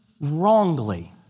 wrongly